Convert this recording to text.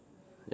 ya